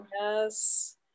Yes